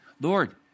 Lord